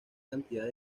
cantidad